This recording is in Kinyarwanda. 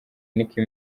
nicki